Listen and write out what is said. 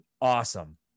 awesome